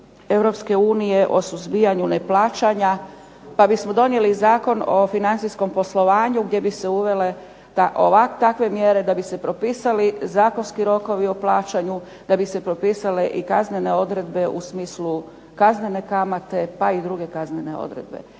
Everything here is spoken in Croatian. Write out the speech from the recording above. direktivu EU o suzbijanju neplaćanja pa bismo donijeli Zakon o financijskom poslovanju gdje bi se uvele takve mjere da bi se propisali zakonski rokovi o plaćanju, da bi se propisale i kaznene odredbe u smislu kaznene kamate pa i druge kaznene odredbe.